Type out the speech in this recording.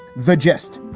the gist?